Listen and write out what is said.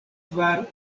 kvar